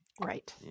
right